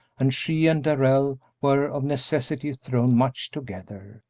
and she and darrell were of necessity thrown much together.